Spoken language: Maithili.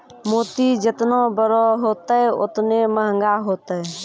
मोती जेतना बड़ो होतै, ओतने मंहगा होतै